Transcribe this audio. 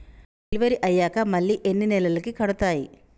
Delivery అయ్యాక మళ్ళీ ఎన్ని నెలలకి కడుతాయి?